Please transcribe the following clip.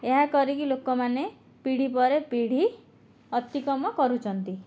ଏହା କରିକି ଲୋକମାନେ ପିଢ଼ି ପରେ ପିଢ଼ି ଅତିକ୍ରମ କରୁଛନ୍ତି